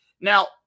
Now